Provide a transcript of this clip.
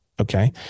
okay